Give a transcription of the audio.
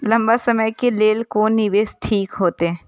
लंबा समय के लेल कोन निवेश ठीक होते?